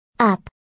Up